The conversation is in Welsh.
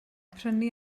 prynu